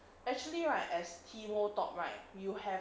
actually right as teemo top right you have